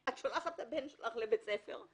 את שולחת את הבן שלך לבית הספר,